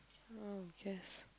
oh yes